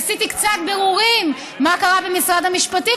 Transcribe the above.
עשיתי קצת בירורים מה קרה במשרד המשפטים.